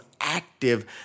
active